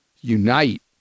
unite